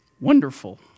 Wonderful